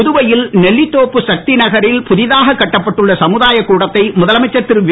புதுவையில் நெல்லித்தோப்பு சக்தி நகரில் புதிதாகக் கட்டப்பட்டுள்ள சமுதாயக் கூடத்தை முதலமைச்சர் திருவி